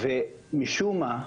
ומשום מה,